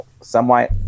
somewhat